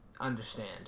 understand